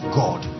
god